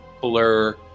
blur